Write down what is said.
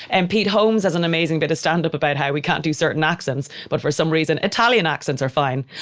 and pete holmes has an amazing bit of standup about how we can't do certain accents, but for some reason italian accents are fine.